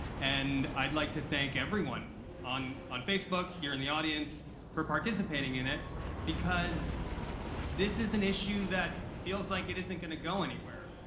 and i'd like to thank everyone on on facebook, here in the audience for participating in it because this is an issue that feels like it isn't gonna go anywhere.